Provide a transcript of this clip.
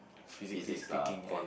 physically speaking ya